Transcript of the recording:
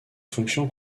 fonction